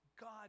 God